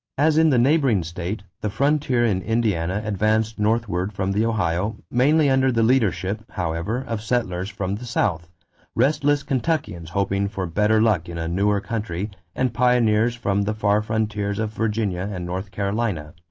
as in the neighboring state, the frontier in indiana advanced northward from the ohio, mainly under the leadership, however, of settlers from the south restless kentuckians hoping for better luck in a newer country and pioneers from the far frontiers of virginia and north carolina.